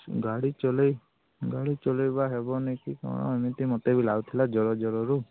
ଗାଡ଼ି ଚଲେଇ ଗାଡ଼ି ଚଲେଇବା ହେବନି କି କ'ଣ ଏମିତି ମୋତେ ବି ଲାଗୁଥିଲା ଜ୍ୱର ଜ୍ଵରରୁ